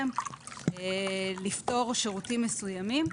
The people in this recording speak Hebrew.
לפטור שירותים מסוימים.